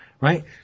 right